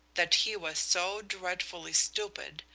that he was so dreadfully stupid,